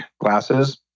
glasses